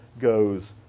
goes